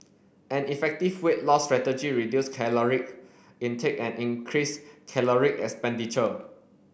an effective weight loss strategy reduce caloric intake and increase caloric expenditure